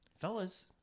fellas